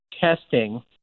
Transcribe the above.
testing